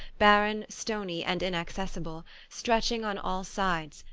barren, stony, and inaccessible, stretching on all sides,